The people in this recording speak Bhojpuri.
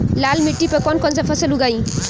लाल मिट्टी पर कौन कौनसा फसल उगाई?